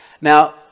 now